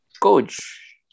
coach